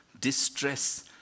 distress